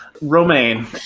romaine